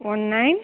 one nine